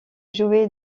joué